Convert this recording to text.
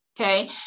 okay